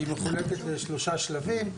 היא מחולקת לשלושה שלבים,